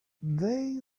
they